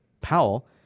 Powell